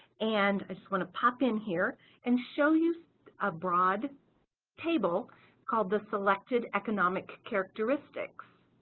and just gonna pop in here and show you a broad table called the selected economic characteristics.